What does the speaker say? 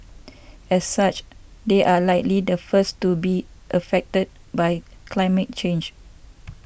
as such they are likely the first to be affected by climate change